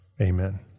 Amen